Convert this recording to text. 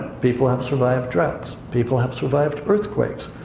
people have survived droughts. people have survived earthquakes.